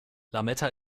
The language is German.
lametta